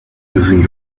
using